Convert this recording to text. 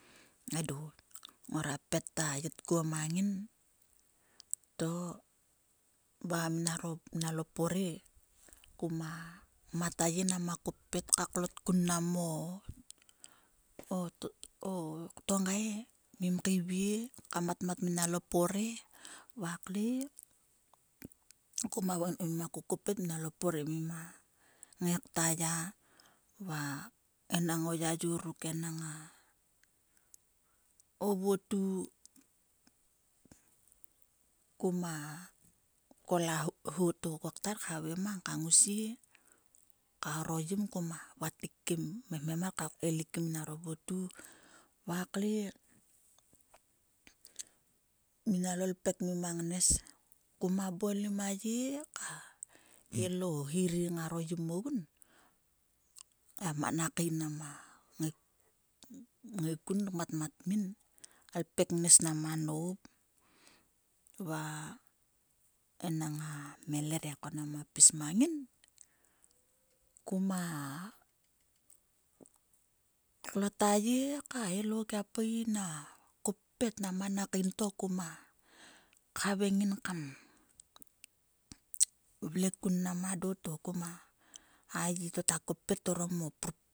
Edo ngoro pet a yet kuo mang ngina lo pore kuma mat a ye nama koppet ka klot kun mnam o tongai mim kaivie kmatmat minalo pore va kle kuma vokom min ko mima kokopet minalo pore mima ngai kta ya enang o yayor ruk enang a o votu kuma kol a ho to ku ktar havai mang ka ngousie karo yim he ku ma hemhem mar he kvat kaelik kim nginaro votu va kle minamlo ipek ngima ngnes kuma bolim a ye ka el o hi ri ngaro yum ogun. A manakain nama ngaikun kmatmat min a ipek ngnes nama no va enang a meleria ko nama pismang ngin kuma klot a ye kael ogua va pui nak koppet nang a mana kain to kuma havaing ngin kama vle kun mnam a do to ta koppet orom o